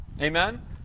Amen